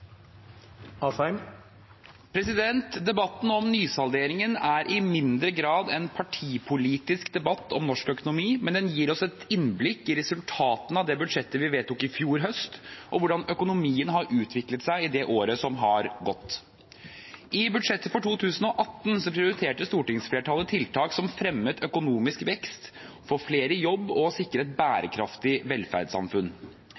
i mindre grad en partipolitisk debatt om norsk økonomi, men den gir oss et innblikk i resultatene av det budsjettet vi vedtok i fjor høst, og hvordan økonomien har utviklet seg i året som har gått. I budsjettet for 2018 prioriterte stortingsflertallet tiltak som fremmet økonomisk vekst, få flere i jobb og sikre et